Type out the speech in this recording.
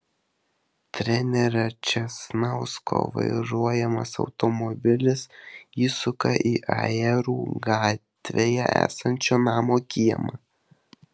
trenerio česnausko vairuojamas automobilis įsuka į ajerų gatvėje esančio namo kiemą